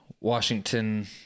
Washington